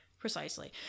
Precisely